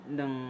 ng